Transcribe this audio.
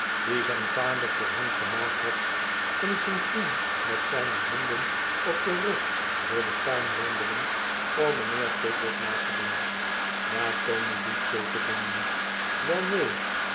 dien zijn vader voor hem gemaakt had en ging toen met zijne handen op den rug door den tuin wandelen om mynheer pickwick na te doen maar tony doet zulke dingen niet wel neen